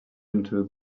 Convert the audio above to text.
into